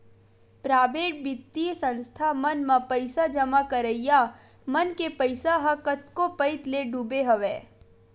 private बित्तीय संस्था मन म पइसा जमा करइया मन के पइसा ह कतको पइत ले डूबे हवय